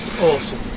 awesome